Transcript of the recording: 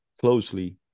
closely